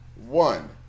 One